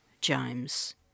James